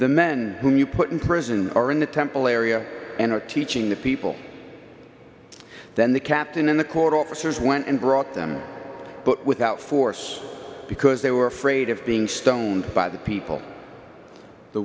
the men whom you put in prison or in the temple area and are teaching the people then the captain in the court officers went and brought them but without force because they were afraid of being stoned by the people the